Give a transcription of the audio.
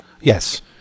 Yes